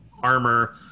armor